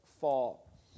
fall